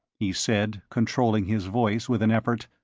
he said, controlling his voice with an effort.